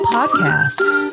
Podcasts